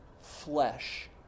flesh